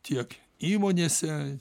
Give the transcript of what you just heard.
tiek įmonėse